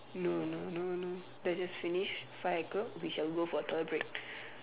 no no no no let's just finish five o-clock we shall go for toilet break